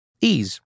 Ease